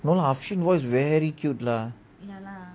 no lah ashin voice very cute lah